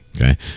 Okay